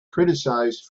criticized